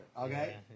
okay